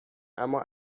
اما